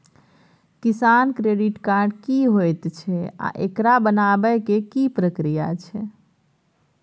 किसान credit card की होयत छै आ एकरा बनाबै के की प्रक्रिया छै?